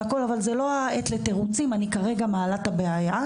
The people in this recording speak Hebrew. אבל זו לא העת לתירוצים אני כרגע מעלה את הבעיה.